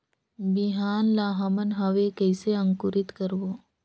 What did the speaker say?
बिहान ला हमन हवे कइसे अंकुरित करबो?